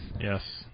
Yes